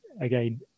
again